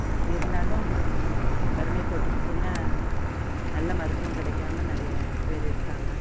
இருந்தாலும் வறுமை கோட்டுக்கு கீழே நல்ல மருத்துவம் கிடைக்காம நிறையா பேர் இருக்காங்க